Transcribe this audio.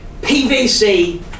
pvc